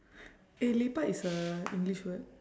eh lepak is a english word